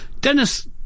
Dennis